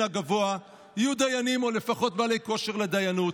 הגבוה יהיו דיינים או לפחות בעלי כושר לדיינות,